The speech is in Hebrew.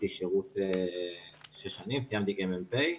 שירתי שש שנים, סיימתי כמ"פ.